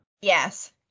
Yes